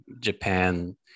Japan